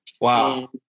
Wow